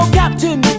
captain